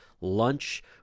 lunch